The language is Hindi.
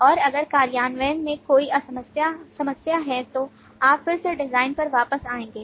और अगर कार्यान्वयन में कोई समस्या है तो आप फिर से डिजाइन पर वापस आएंगे